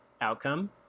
outcome